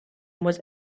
was